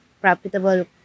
profitable